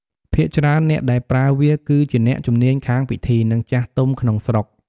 ភាគច្រើនអ្នកដែលប្រើវាគឺជា អ្នកជំនាញខាងពិធី និងចាស់ទុំក្នុងស្រុក។